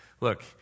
look